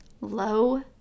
low